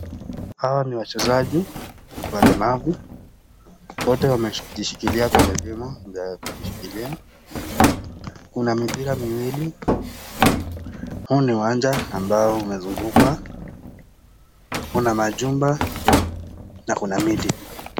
Hawa ni wachezaji walemavu, wote wamejishikilia kwenye vyuma vya kujishikilia. Kuna mipira miwili, huu ni uwanja ambao umezungukwa kuna majumba na kuna miti.